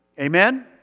Amen